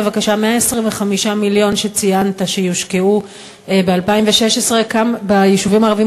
בבקשה: 125 המיליון שציינת שיושקעו ב-2016 ביישובים הערביים,